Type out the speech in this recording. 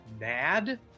Mad